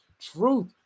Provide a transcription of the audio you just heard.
truth